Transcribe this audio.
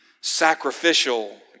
sacrificial